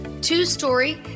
two-story